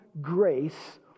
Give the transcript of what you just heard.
grace